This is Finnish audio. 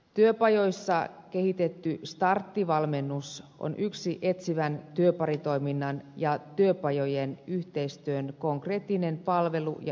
työpajoissa kehitetty starttivalmennus on yksi etsivän työparitoiminnan ja työpajojen yhteistyön konkreettinen palvelu ja yhteistyömalli